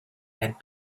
had